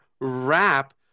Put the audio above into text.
wrap